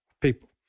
people